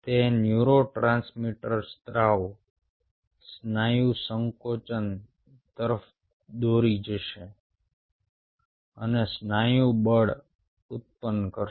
તે ન્યુરોટ્રાન્સમીટર સ્ત્રાવ સ્નાયુ સંકોચન તરફ દોરી જશે અને સ્નાયુ બળ ઉત્પન્ન કરશે